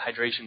hydration